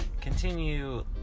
continue